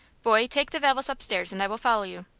boy, take the valise upstairs, and i will follow you.